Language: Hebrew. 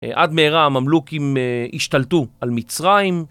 עד מהרה הממלוקים השתלטו על מצרים.